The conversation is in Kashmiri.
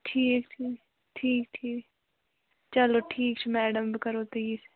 ٹھیٖک ٹھیٖک ٹھیٖک ٹھیٖک چلو ٹھیٖک چھُ میڈَم بہٕ کَرہو تۄہہِ یہِ